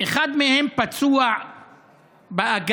אחד מהם פצוע באגן,